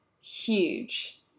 huge